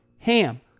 HAM